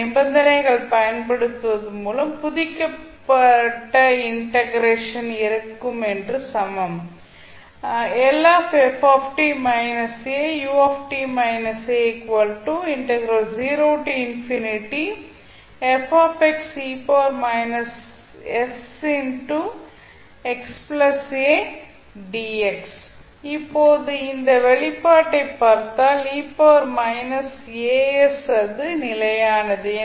எனவே இந்த நிபந்தனைகளை பயன்படுத்துவதன் மூலம் புதுப்பிக்கப்பட்ட இண்டெக்ரேஷன் இருக்கும் என்று கூறலாம் இப்போது இந்த வெளிப்பாட்டை பார்த்தால் அது நிலையானது